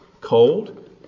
cold